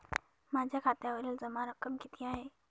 माझ्या खात्यावरील जमा रक्कम किती आहे?